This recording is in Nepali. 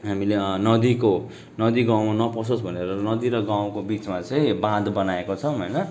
हामीले नदीको नदी गाउँमा नपोसोस् भनेर नदी र गाउँको बिचमा चाहिँ बाँध बनाएको छौँ होइन